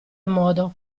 modo